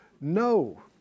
no